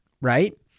right